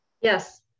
Yes